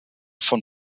von